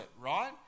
right